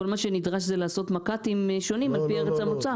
כל מה שנדרש זה לעשות מק"טים שונים על פי ארץ המוצא.